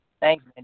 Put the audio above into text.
Thanks